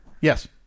Yes